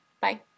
Bye